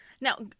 Now